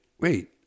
wait